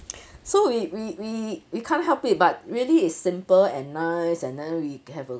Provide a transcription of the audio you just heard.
so we we we we can't help it but really is simple and nice and then we have a